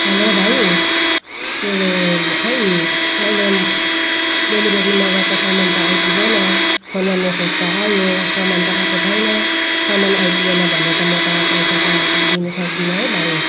हलो भाइ के अरे खै मैले पनि डेलिभेरी मगाएको सामान त आइपुगेन फोनमा म्यासेज त आयो सामान त आएको छैन सामान आइपुगेन भने त म त पैसा त दिनुसक्दिनँ है भाइ